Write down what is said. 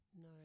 No